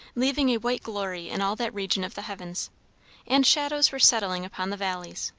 leaving a white glory in all that region of the heavens and shadows were settling upon the valleys.